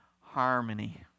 harmony